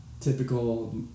typical